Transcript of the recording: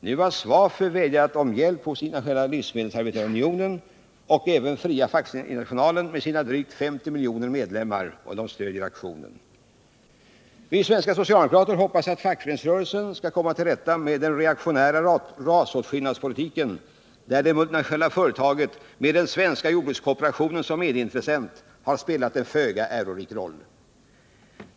Nu har SWAFU vädjat om hjälp hos Internationella livsmedelsarbetareunionen och även hos Fria fackföreningsinternationalen, som med sina drygt 50 miljoner medlemmar stöder aktionen. Vi svenska socialdemokrater hoppas att fackföreningsrörelsen skall komma till rätta med den reaktionära rasåtskillnadspolitiken, där det multinationella företaget Unilever med den svenska jordbrukskooperationen som medintressent har spelat en föga ärorik roll.